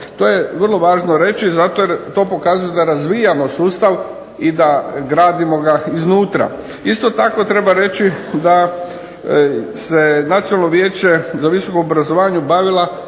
To je vrlo važno reći zato jer to pokazuje da razvijamo sustav i da gradimo ga iznutra. Isto tako treba reći da se Nacionalno vijeće za visoko obrazovanje bavila